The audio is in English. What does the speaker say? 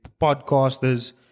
podcasters